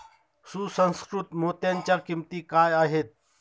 सुसंस्कृत मोत्यांच्या किंमती काय आहेत